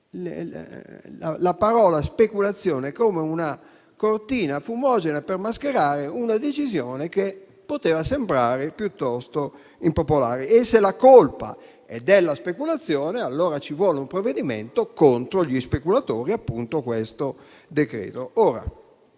la parola «speculazione» come una cortina fumogena per mascherare una decisione che poteva sembrare piuttosto impopolare. Se la colpa è della speculazione, allora ci vuole un provvedimento contro gli speculatori: questo decreto,